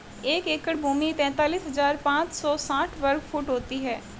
एक एकड़ भूमि तैंतालीस हज़ार पांच सौ साठ वर्ग फुट होती है